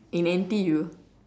in N_T_U